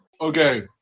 Okay